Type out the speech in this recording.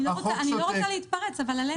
אני לא רוצה להתפרץ, אבל עלינו.